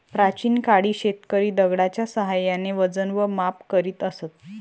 प्राचीन काळी शेतकरी दगडाच्या साहाय्याने वजन व माप करीत असत